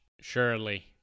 surely